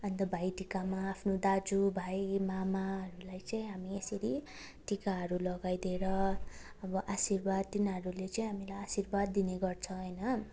अन्त भाइटिकामा आफ्नो दाजु भाइ मामाहरूलाई चाहिँ हामी यसरी टिकाहरू लगाइदिएर अब आशीर्वाद तिनीहरूले चाहिँ हामीलाई आशीर्वाद दिने गर्छ होइन